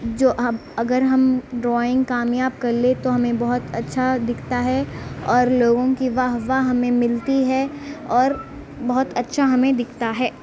جو اب اگر ہم ڈرائنگ کامیاب کر لیں تو ہمیں بہت اچھا دکھتا ہے اور لوگوں کی واہ واہ ہمیں ملتی ہے اور بہت اچھا ہمیں دکھتا ہے